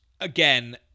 again